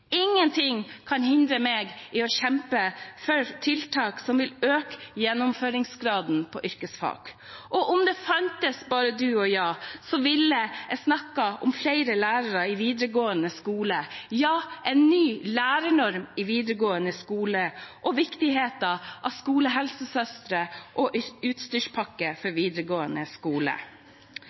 kan hindra mej» i å kjempe for tiltak som vil øke gjennomføringsgraden på yrkesfag. Og om det fantes «bara du och jag», ville jeg snakket om flere lærere i videregående skole – ja, en ny lærernorm i videregående skole og viktigheten av skolehelsesøstre og utstyrspakker for videregående skole.